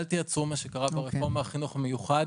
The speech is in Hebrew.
אל תייצרו מה שקרה עם חוק החינוך המיוחד